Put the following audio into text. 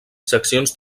seccions